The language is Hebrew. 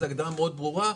זו הגדרה מאוד ברורה.